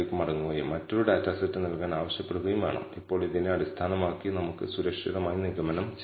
ഓർക്കുക β1 പോസിറ്റീവോ നെഗറ്റീവോ ആകാം അതിനാലാണ് നമ്മൾ രണ്ട് വശങ്ങളുള്ള പരിശോധന നടത്തുന്നത്